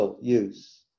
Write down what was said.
use